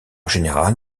général